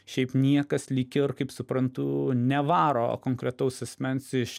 šiaip niekas lyg ir kaip suprantu nevaro konkretaus asmens iš